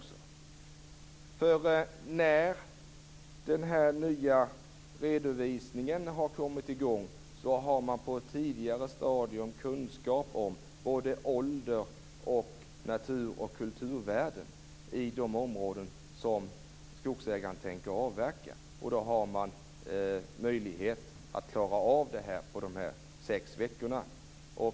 Sedan den nya redovisningen har kommit i gång har man på ett tidigare stadium kunskap om både ålder och natur och kulturvärden i de områden där skogsägaren tänker avverka, och då har man möjlighet att klara av detta på sex veckor.